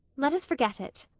let us forget it.